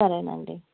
సరేనండి